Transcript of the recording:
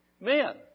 Men